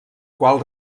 qual